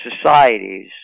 societies